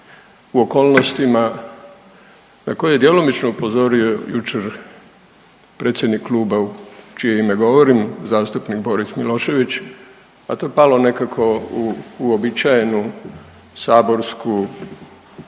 u okolnostima na koje je djelomično upozorio jučer predsjednik kluba u čije ime govorim, zastupnik Boris Milošević, a to je nekako palo u uobičajenu saborsku,